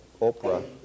Oprah